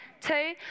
two